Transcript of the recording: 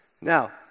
Now